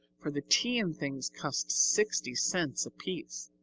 for the tea and things cost sixty cents apiece.